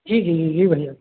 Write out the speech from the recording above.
जी जी जी जी भैया